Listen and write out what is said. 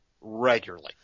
regularly